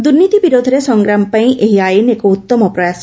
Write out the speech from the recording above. ଦୁର୍ନୀତି ବରୋଧରେ ସଂଗ୍ରାମ ପାଇଁ ଏହି ଆଇନ ଏକ ଉଉମ ପ୍ରୟାସ